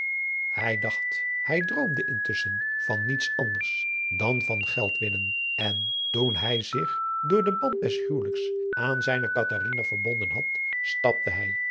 hij dacht hij droomde intusschen van niets anders dan van geld win nen en toen hij zich door den band des huwelijks aan zijne catharina verbonden had stapte hij